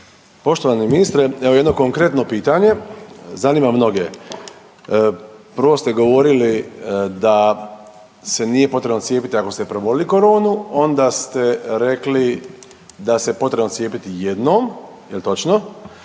Poštovani ministre, evo jedno konkretno pitanje zanima mnoge. Prvo ste govorili da se nije potrebno cijepiti ako ste prebolili koronu, onda ste rekli da se potrebno cijepiti jednom, jel točno,